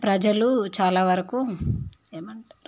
ప్రజలు చాలా వరకు ఏమంటారు